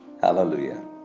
Hallelujah